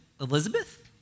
Elizabeth